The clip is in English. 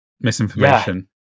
Misinformation